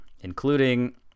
including